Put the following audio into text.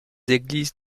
églises